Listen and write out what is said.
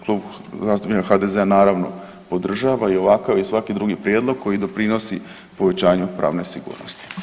Klub zastupnika HDZ-a, naravno, podržava i ovakav i svaki drugi prijedlog koji doprinosi povećanju pravne sigurnosti.